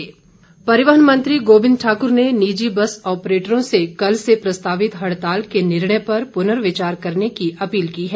परिवहन मंत्री परिवहन मंत्री गोविंद ठाकुर ने निजी बस ऑपरेटरों से कल से प्रस्तावित हड़ताल के निर्णय पर पुनर्विचार करने की अपील की है